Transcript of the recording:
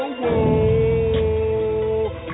whoa